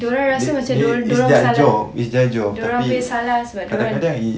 diorang rasa macam diorang salah diorang punya salah sebab tu kan